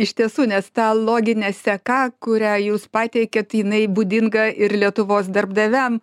iš tiesų nes ta loginė seka kurią jūs pateikiat jinai būdinga ir lietuvos darbdaviam